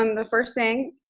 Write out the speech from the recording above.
um the first thing,